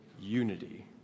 unity